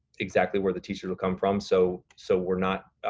exactly where the teachers will come from. so so we're not,